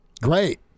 Great